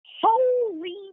holy